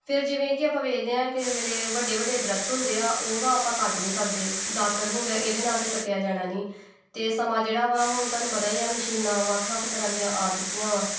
ਫਿਰ ਜਿਵੇਂ ਕਿ ਆਪਾਂ ਵੇਖਦੇ ਹਾਂ ਕਿਸੇ ਵੇਲੇ ਵੱਡੇ ਵੱਡੇ ਦਰੱਖ਼ਤ ਹੁੰਦੇ ਆ ਉਹ ਤਾਂ ਆਪਾਂ ਕੱਟ ਨਹੀਂ ਸਕਦੇ ਦਾਤਰ ਹੋ ਗਿਆ ਇਹਦੇ ਨਾਲ਼ ਤਾਂ ਕੱਟਿਆ ਜਾਣਾ ਨਹੀਂ ਅਤੇ ਸਮਾਂ ਜਿਹੜਾ ਵਾ ਹੁਣ ਤੁਹਾਨੂੰ ਪਤਾ ਹੀ ਆ ਮਸ਼ੀਨਾਂ ਵੱਖ ਵੱਖ ਤਰ੍ਹਾਂ ਦੀਆਂ ਆ ਚੁੱਕੀਆਂ